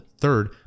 Third